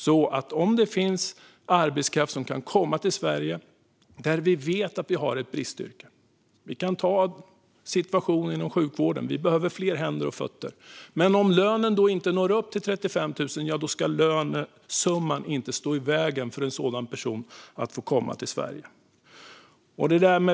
Om arbetskraft inom bristyrken kan komma till Sverige, till exempel inom vården där vi behöver fler händer och fötter, men lönen inte uppgår till 35 000 ska lönesumman inte stå i vägen för att få komma till Sverige.